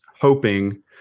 hoping